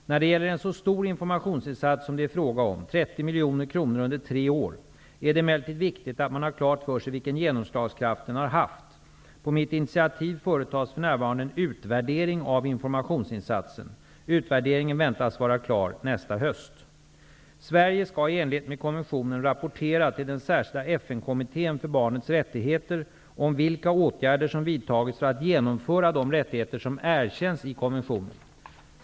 När det gäller en så stor informationsinsats som det är fråga om -- 30 miljoner kr. under tre år -- är det emellertid viktigt att man har klart för sig vilken genomslagskraft den har haft. På mitt initiativ företas för närvarande en utvärdering av informationsinsatsen. Utvärderingen väntas vara klar nästa höst. Sverige skall i enlighet med konventionen rapportera till den särskilda FN-kommittén för barnets rättigheter om vilka åtgärder som vidtagits för att genomföra de rättigheter som erkänns i konventionen.